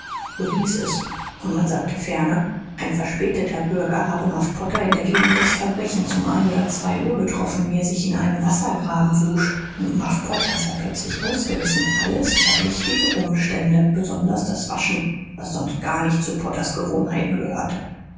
so hieß es und man sagte ferner ein verspäteter bürger habe muff potter in der gegend des verbrechens um ein oder zwei uhr getroffen wie er sich in einem wassergraben wusch und muff potter sei plötzlich ausgerissen alles verdächtige umstände besonders das waschen was sonst gar nicht zu potters gewohnheiten gehörte